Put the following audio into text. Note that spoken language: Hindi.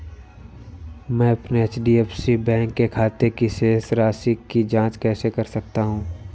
मैं अपने एच.डी.एफ.सी बैंक के खाते की शेष राशि की जाँच कैसे कर सकता हूँ?